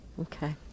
Okay